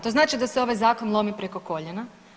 To znači da se ovaj zakon lomi preko koljena.